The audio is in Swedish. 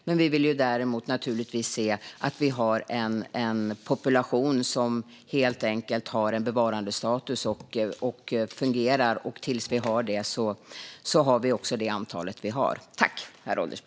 Däremot ska det naturligtvis vara en population som har en bevarandestatus och som fungerar. Tills vi har det får vi ha det antal vi har.